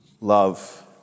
Love